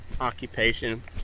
occupation